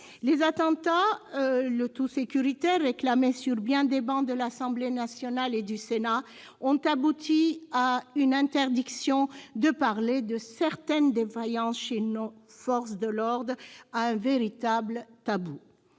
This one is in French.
Les attentats, le tout-sécuritaire réclamé sur bien des bancs de l'Assemblée nationale et des travées du Sénat, ont abouti à une interdiction de parler de certaines défaillances chez nos forces de l'ordre, à un véritable tabou.